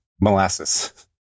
molasses